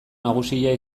nagusia